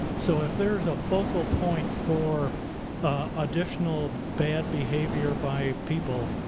so if there's a focal point for additional bad behavior by people,